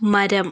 മരം